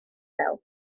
isel